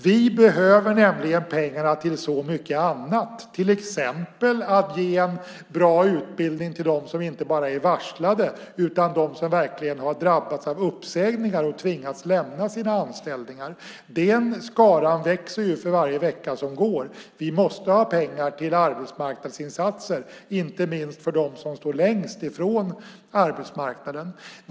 Vi behöver pengarna till mycket annat, till exempel till att kunna ge en bra utbildning till dem som inte bara är varslade utan också har drabbats av uppsägningar och tvingats lämna sina anställningar. Den skaran växer för varje vecka som går. Vi måste ha pengar till arbetsmarknadsinsatser, inte minst för dem som står längst ifrån arbetsmarknaden.